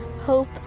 hope